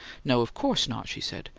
no, of course not, she said.